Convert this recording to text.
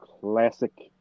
classic